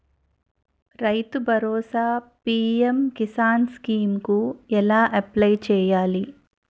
రైతు Bharosa PM Kisan scheme కు ఎలా అప్లయ్ చేయాలి?